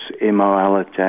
immorality